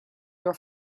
your